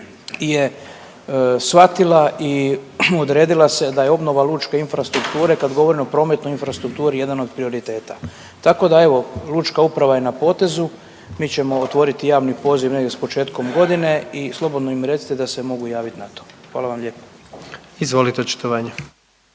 je shvatila i odredila se da je obnova lučke infrastrukture, kad govorim o prometnoj infrastrukturi jedan od prioriteta. Tako da evo lučka uprava je na potezu, mi ćemo otvoriti javni poziv negdje s početkom godine i slobodno im recite da se mogu javit na to. Hvala vam lijepa. **Jandroković,